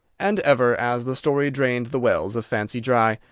and ever, as the story drained the wells of fancy dry.